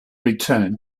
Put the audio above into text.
return